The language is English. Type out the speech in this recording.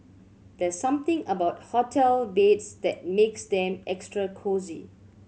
there's something about hotel beds that makes them extra cosy